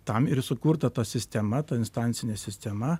tam ir sukurta ta sistema ta instancinė sistema